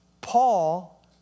Paul